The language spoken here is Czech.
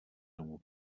tomu